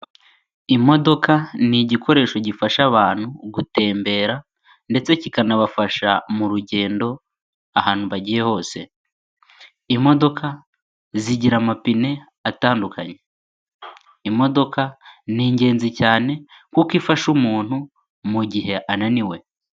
Imodoka ni igikoresho gifasha abantu gutembera ndetse kikanabafasha mu rugendo ahantu bagiye hose. Imodoka zigira amapine atandukanye. Imodoka ni ingenzi cyane kuko ifasha umuntu mu gihe ananiwe.